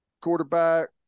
quarterback